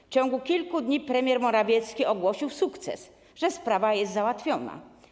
W ciągu kilku dni premier Morawiecki ogłosił sukces, że sprawa jest załatwiona.